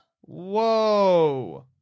Whoa